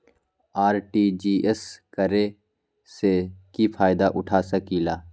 RTGS करे से की फायदा उठा सकीला?